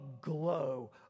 glow